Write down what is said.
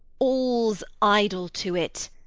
all's idle to it!